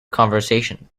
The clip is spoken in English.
conversation